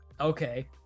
Okay